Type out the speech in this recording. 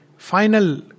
Final